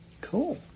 Cool